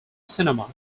cinema